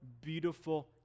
beautiful